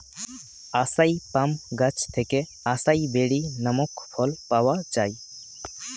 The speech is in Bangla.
আসাই পাম গাছ থেকে আসাই বেরি নামক ফল পাওয়া যায়